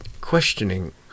questioning